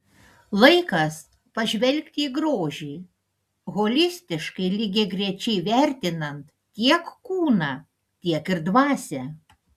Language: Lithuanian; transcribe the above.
laikas pažvelgti į grožį holistiškai lygiagrečiai vertinant tiek kūną tiek ir dvasią